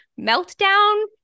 meltdown